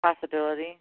possibility